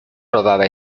rodada